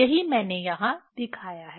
यही मैंने यहां दिखाया है